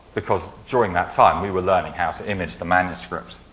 because during that time, we were learning how to image the manuscripts.